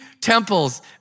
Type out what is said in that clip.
temples